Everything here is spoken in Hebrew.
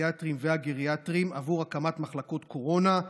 הפסיכיאטריים והגריאטריים עבור הקמת מחלקות קורונה,